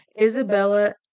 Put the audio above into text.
Isabella